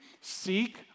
seek